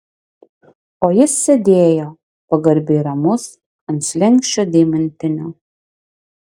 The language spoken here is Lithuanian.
o jis sėdėjo pagarbiai ramus ant slenksčio deimantinio